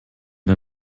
der